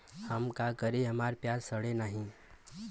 हम का करी हमार प्याज सड़ें नाही?